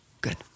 Good